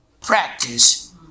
Practice